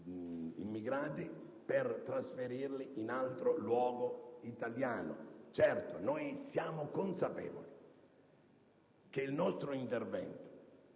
immigrati per trasferirli in altro luogo italiano. Certo, noi siamo consapevoli che il nostro intervento,